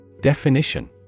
Definition